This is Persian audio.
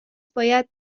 باید